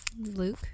Luke